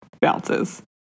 bounces